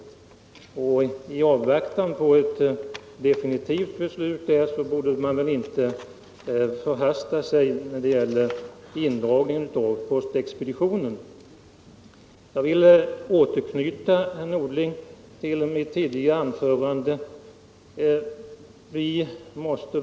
Man borde, i avvaktan på ett definivt beslut därvidlag, inte förhasta sig när det gäller indragning av postexpeditionen. Jag vill, herr Norling, återknyta till mitt tidigare anförande.